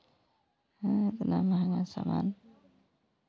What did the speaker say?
इतना महँगा सामान